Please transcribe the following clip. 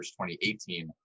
2018